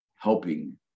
helping